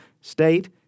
state